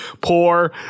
poor